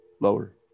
lower